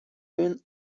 been